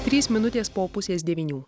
trys minutės po pusės devynių